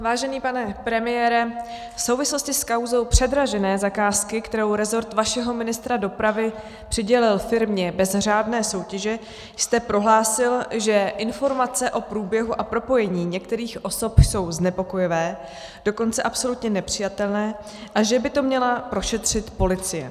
Vážený pane premiére, v souvislosti s kauzou předražené zakázky, kterou rezort vašeho ministra dopravy přidělil firmě bez řádné soutěže, jste prohlásil, že informace o průběhu a propojení některých osob jsou znepokojivé, dokonce absolutně nepřijatelné, a že by to měla prošetřit policie.